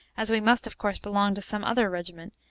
as we must of course belong to some other regiment,